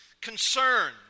concern